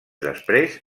després